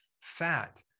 fat